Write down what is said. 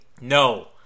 no